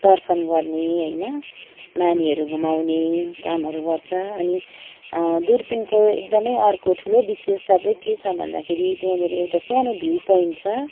दर्शन गर्ने होइन म्हानेहरू घुमाउने कामहरू गर्छ अनि दुर्पिनको एकदमै अर्को ठुलो विशेषता चाहिँ के छ भन्दाखेरि त्यहाँनिर एउटा सानो भ्यू पोइन्ट छ